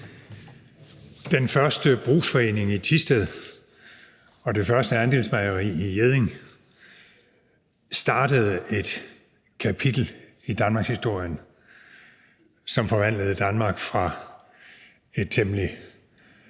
Den første brugsforening i Thisted og det første andelsmejeri i Hjedding startede et kapitel i Danmarkshistorien, som forvandlede Danmark fra et temmelig